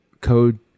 code